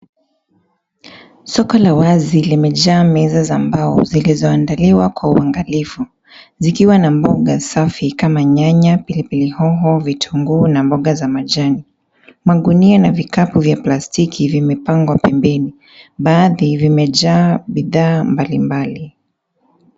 Soko la wazi limejaa meza za mbao zilizoandaliwa kwa uangalifu zikiwa na mboga safi kama nyanya, pilipili hoho, vitunguu na mboga za majani. Magunia na vikapu vya plastiki vimepangwa pembeni. Baadhi vimejaa bidhaa mbalimbali.